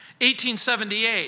1878